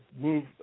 move